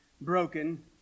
broken